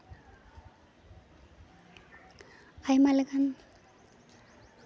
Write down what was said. ᱟᱭᱢᱟ ᱞᱮᱠᱟᱱ